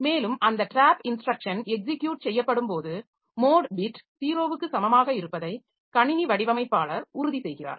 மேலும் அந்த trap instruction execute செய்யப்படும்போது மோட் பிட் 0 க்கு சமமாக இருப்பதை கணினி வடிவமைப்பாளர் உறுதி செய்கிறார்